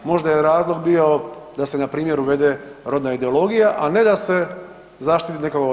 Možda je razlog bio da se npr. uvede rodna ideologija, a ne da se zaštiti nekoga od